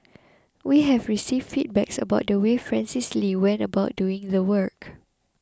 we have received feedbacks about the way Francis Lee went about doing the work